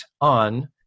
on